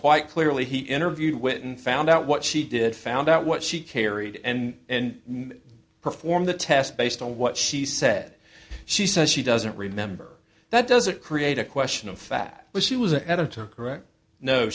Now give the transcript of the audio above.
quite clear he interviewed whitten found out what she did found out what she carried and perform the test based on what she said she says she doesn't remember that doesn't create a question of fact but she was an editor correct no